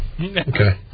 Okay